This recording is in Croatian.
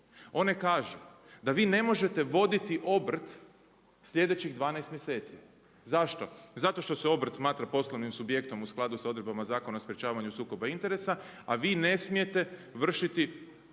one kažu da vi ne možete voditi obrt sljedećih 12 mjeseci. Zašto? Zato što se obrt smatra poslovnim subjektom u skladu sa odredbama Zakona o sprječavanju sukoba interesa a vi ne smijete vršiti